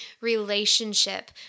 relationship